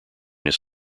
his